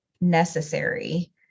necessary